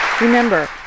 Remember